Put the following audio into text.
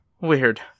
Weird